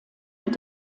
mit